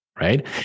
right